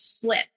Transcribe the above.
flip